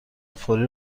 فوری